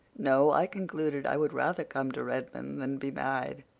no, i concluded i would rather come to redmond than be married.